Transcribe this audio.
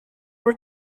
were